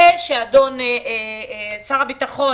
זה שר הביטחון,